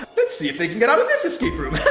let's see if they can get out of this escape room.